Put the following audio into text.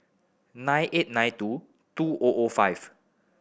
nine eight nine two two O O five